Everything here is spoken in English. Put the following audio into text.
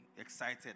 Excited